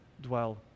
Dwell